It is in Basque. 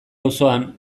auzoan